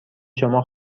شما